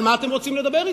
על מה אתם רוצים לדבר אתו?